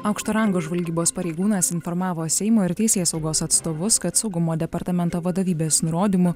aukšto rango žvalgybos pareigūnas informavo seimo ir teisėsaugos atstovus kad saugumo departamento vadovybės nurodymu